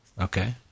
Okay